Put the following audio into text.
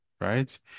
right